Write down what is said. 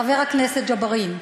חבר הכנסת ג'בארין,